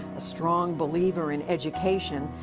a strong believer in education,